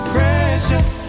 Precious